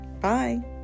Bye